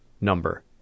number